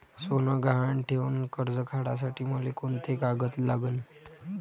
सोनं गहान ठेऊन कर्ज काढासाठी मले कोंते कागद लागन?